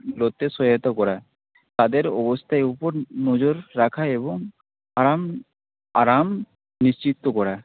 গুলোতে সহায়তা করা তাদের ওবস্থা এ উপর নজর রাখা এবং আরাম আরাম নিশ্চিত করা